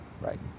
right